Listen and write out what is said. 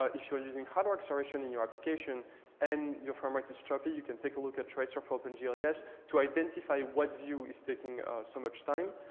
ah if you're using hardware acceleration in your application and your frame rate is choppy, you can take a look tracer for opengl yeah es to identify what view is taking so much time.